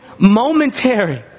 momentary